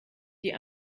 die